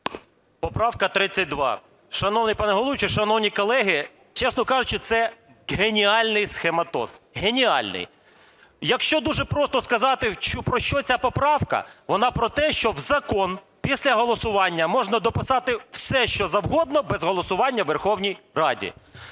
Поправка 32. Шановний пане головуючий! Шановні колеги! Чесно кажучи, це геніальний схематоз. Геніальний. Якщо дуже просто сказати, про що ця поправка, вона про те, що в закон після голосування можна дописати все, що завгодно без голосування у Верховній Раді.